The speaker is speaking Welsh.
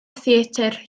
theatr